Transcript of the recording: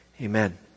amen